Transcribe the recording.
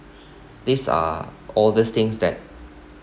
these are all these things that